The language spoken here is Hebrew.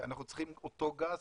אנחנו צריכים אותו גז,